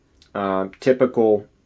Typical